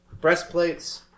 breastplates